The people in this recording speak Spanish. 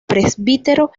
presbiterio